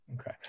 Okay